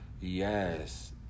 Yes